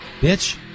Bitch